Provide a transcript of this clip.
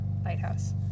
lighthouse